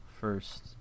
first